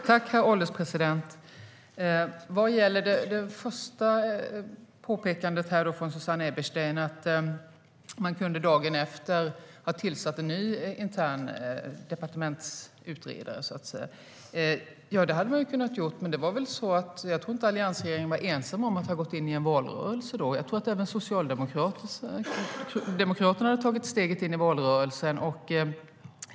Herr ålderspresident! Vad gäller det första påståendet från Susanne Eberstein, att man dagen efter kunde ha tillsatt en ny intern departementsutredare: Det hade man kunnat göra, men jag tror inte att alliansregeringen var ensam om att ha gått in i en valrörelse då. Jag tror att även Socialdemokraterna hade tagit steget in i valrörelsen.